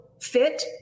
fit